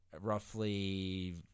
roughly